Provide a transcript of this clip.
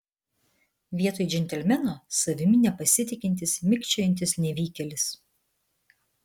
vietoj džentelmeno savimi nepasitikintis mikčiojantis nevykėlis